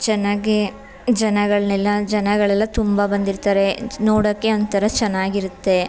ಚೆನ್ನಾಗಿ ಜನಗಳನ್ನೆಲ್ಲಾ ಜನಗಳೆಲ್ಲಾ ತುಂಬ ಬಂದಿರ್ತಾರೆ ನೋಡೋಕೆ ಒಂಥರ ಚೆನ್ನಾಗಿರುತ್ತೆ